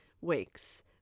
Weeks